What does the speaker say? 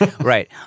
right